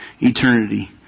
eternity